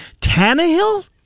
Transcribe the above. Tannehill